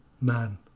man